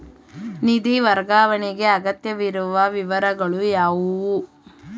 ನಿಧಿ ವರ್ಗಾವಣೆಗೆ ಅಗತ್ಯವಿರುವ ವಿವರಗಳು ಯಾವುವು?